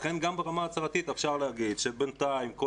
לכן גם ברמה ההצהרתית אפשר להגיד שבינתיים כל